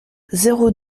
zéro